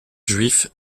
juifs